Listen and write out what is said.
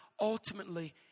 ultimately